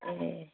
ए